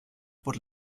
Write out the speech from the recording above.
por